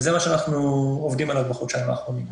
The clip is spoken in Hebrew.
וזה מה שאנחנו עובדים עליו בחודשיים האחרונים.